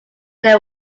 their